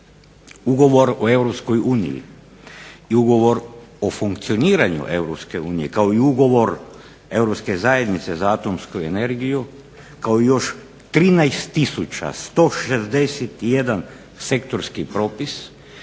Ugovor o EU i Ugovor o funkcioniranju EU kao i Ugovor Europske zajednice za atomsku energiju kao i još 13 tisuća 161 sektorski propis